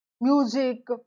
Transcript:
music